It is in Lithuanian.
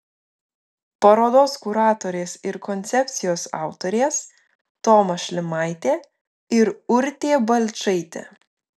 parodos kuratorės ir koncepcijos autorės toma šlimaitė ir urtė balčaitė